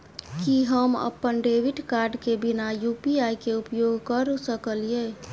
की हम अप्पन debit card केँ बिना यु.पी.आई केँ उपयोग करऽ सकलिये?